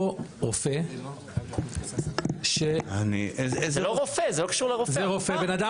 אותו רופא ש --- זה לא רופא, זה לא קשור לרופא.